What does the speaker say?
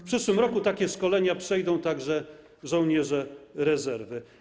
W przyszłym roku takie szkolenia przejdą także żołnierze rezerwy.